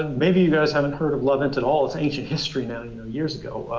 and maybe you guys haven't heard of loveint and all, it's ancient history now, you know, years ago.